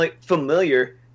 familiar